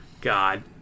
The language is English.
God